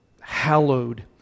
hallowed